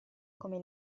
come